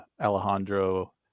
Alejandro